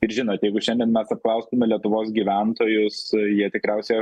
ir žinot jeigu šiandien mes apklaustume lietuvos gyventojus jie tikriausia